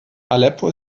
aleppo